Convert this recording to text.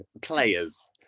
Players